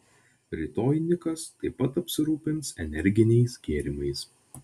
rytoj nikas taip pat apsirūpins energiniais gėrimais